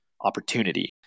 opportunity